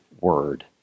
word